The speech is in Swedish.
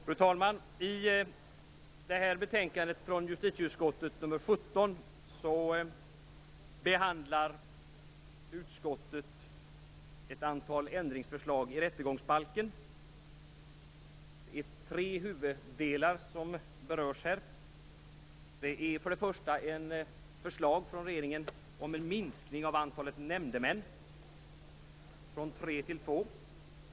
Fru talman! I detta betänkande från justitieutskottet, nr 17, behandlar utskottet ett antal ändringsförslag i rättegångsbalken. Det är tre huvuddelar som berörs. Det är för det första förslag från regeringen om en minskning av antalet nämndemän från tre till två.